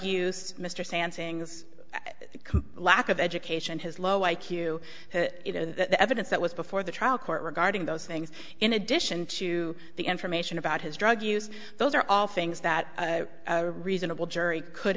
use mr stan sings lack of education and his low i q the evidence that was before the trial court regarding those things in addition to the information about his drug use those are all things that a reasonable jury could